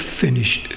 finish